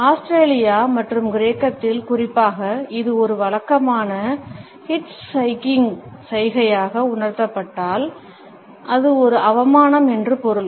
Australia மற்றும் கிரேக்கத்தில் குறிப்பாக இது ஒரு வழக்கமான ஹிட்ச்ஹைக்கிங் சைகையாக உயர்த்தப்பட்டால் அது ஒரு அவமானம் என்று பொருள்